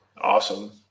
Awesome